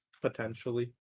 potentially